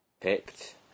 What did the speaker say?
picked